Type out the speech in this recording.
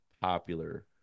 popular